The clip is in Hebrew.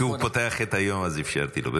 הוא פותח את היום הזה, אפשרתי לו.